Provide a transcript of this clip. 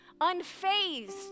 unfazed